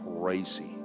crazy